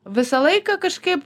visą laiką kažkaip